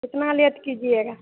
कितना लेट कीजिएगा